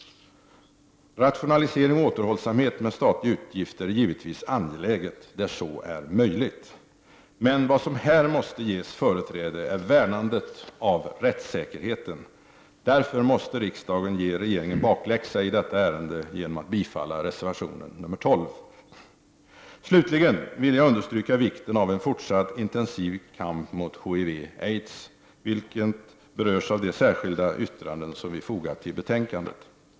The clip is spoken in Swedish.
Rationalisering och återhållsamhet med statliga utgifter är givetvis angeläget, där så är möjligt. Men vad som här måste ges företräde är värnandet av rättssäkerheten. Därför måste riksdagen ge regeringen bakläxa i detta ärende genom att bifalla reservationen nr 12. Slutligen vill jag understryka vikten av en fortsatt intensiv kamp mot HIV/aids, vilket berörs i de särskilda yttranden som vi fogat till betänkandet.